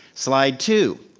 slide two,